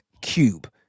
Cube